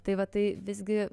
tai va tai visgi